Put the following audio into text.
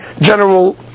general